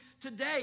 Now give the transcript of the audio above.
today